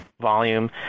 volume